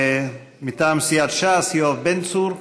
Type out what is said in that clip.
מטעם סיעת ש"ס, יואב בן צור,